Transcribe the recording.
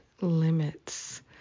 limits